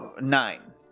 Nine